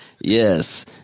Yes